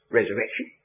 resurrection